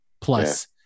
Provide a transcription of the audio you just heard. plus